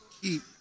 keep